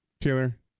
Taylor